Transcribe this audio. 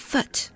Foot